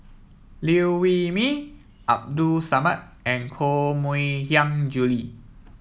Liew Wee Mee Abdul Samad and Koh Mui Hiang Julie